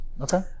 Okay